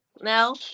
No